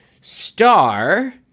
Star